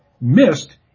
missed